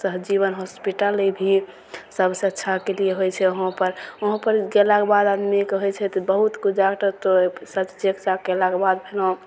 सहजीवन हॉस्पिटल भी सभसँ अच्छाके लिए होइ छै उहाँपर उहाँ पर गेलाके बाद आदमीके होइ छै तऽ बहुत किछु डॉक्टर तऽ सभचीज चेक चाक कयलाके बाद फेनो